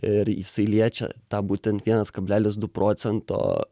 ir jisai liečia tą būtent vienas kablelis du procento